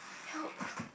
help